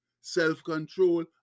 self-control